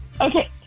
Okay